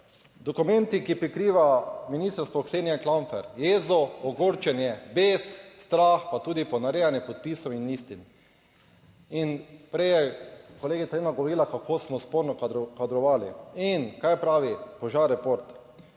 dokumenti, ki prikriva(?) ministrstvo Ksenije Klampfer jezo, ogorčenje, bes, strah, pa tudi ponarejanje podpisov in listin. In prej je kolegica / nerazumljivo/ govorila(?), kako smo sporno kadrovali. In kaj pravi Požareport?